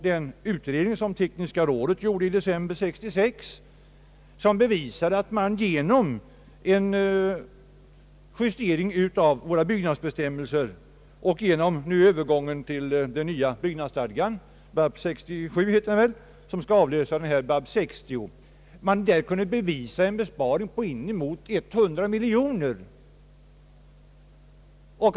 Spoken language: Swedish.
Den utredning som tekniska rådet gjorde i december 1966 har visat att man genom en justering av byggnadsbestämmelserna och genom övergången till den nya byggnadsstadgan, BABS 67, som skall avlösa BABS 60, kan uppnå en besparing av inemot 100 miljoner kronor.